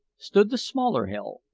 stood the smaller hill,